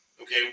Okay